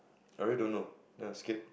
I really don't know ya skip